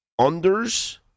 unders